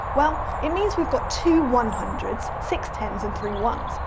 well it means we've got two one-hundreds, six tens, and three ones.